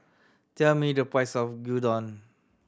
tell me the price of Gyudon